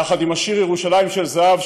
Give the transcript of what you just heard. יחד עם השיר ירושלים של זהב,